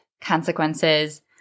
consequences